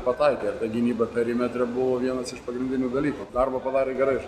pataikė ta gynyba perimetre buvo vienas iš pagrindinių dalykų darbą padarė gerai